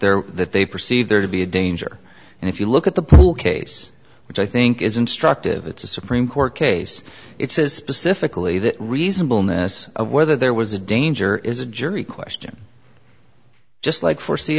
they're that they perceive there to be a danger and if you look at the pool case which i think is instructive it's a supreme court case it says specifically the reasonableness of whether there was a danger is a jury question just like